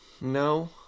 No